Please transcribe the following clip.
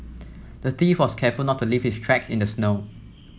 the thief was careful to not leave his tracks in the snow